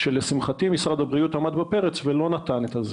לשמחתי משרד הבריאות עמד בפרץ ולא נתן אותו.